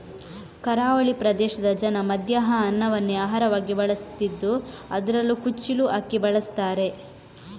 ಕರಾವಳಿ ಪ್ರದೇಶದ ಜನ ಮಧ್ಯಾಹ್ನ ಅನ್ನವನ್ನೇ ಆಹಾರವಾಗಿ ಬಳಸ್ತಿದ್ದು ಅದ್ರಲ್ಲೂ ಕುಚ್ಚಿಲು ಅಕ್ಕಿ ಬಳಸ್ತಾರೆ